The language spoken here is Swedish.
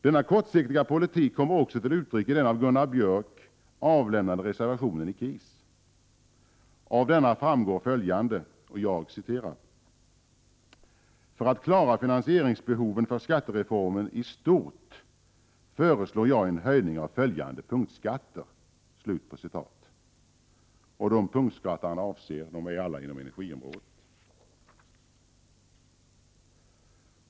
Denna kortsiktiga politik kommer också till uttryck i den av Gunnar Björk avlämnade reservationen i KIS, som bl.a. innehåller följande formulering: ”För att klara finansieringsbehoven för skattereformen i stort föreslår jag en höjning av följande punktskatter ——-.” De punktskatter som avses ligger alla inom energiområdet.